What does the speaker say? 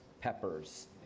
peppers